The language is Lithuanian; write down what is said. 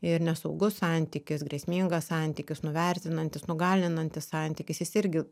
ir nesaugus santykis grėsmingas santykis nuvertinantis nugalinantis santykis jis irgi